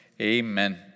Amen